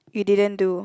you didn't do